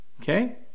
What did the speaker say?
Okay